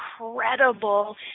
incredible